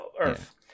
earth